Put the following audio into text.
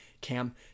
Cam